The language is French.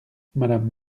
madame